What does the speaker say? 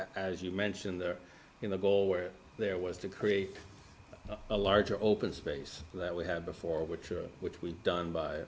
as you mentioned there in the goal where there was to create a larger open space that we had before which are which we've done by